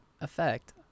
effect